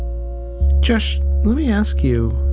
josh, let me ask you.